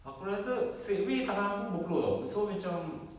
aku rasa straightaway tangan aku berpeluh [tau] so macam